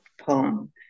poem